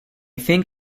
think